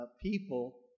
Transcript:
people